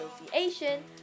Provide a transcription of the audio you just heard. Association